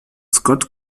scott